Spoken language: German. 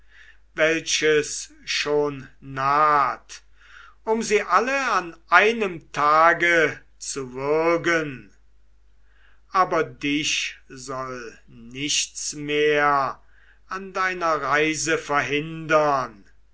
welches schon naht um sie alle an einem tage zu würgen aber dich soll nichts mehr an deiner reise